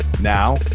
Now